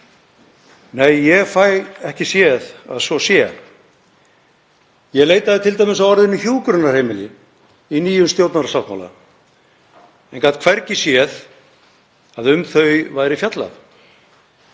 Nei, ég fæ ekki séð að svo sé. Ég leitaði t.d. að orðinu „hjúkrunarheimili“ í nýjum stjórnarsáttmála en gat hvergi séð að um þau væri fjallað.